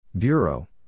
Bureau